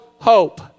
hope